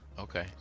Okay